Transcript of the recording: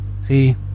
See